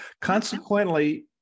Consequently